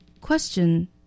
Question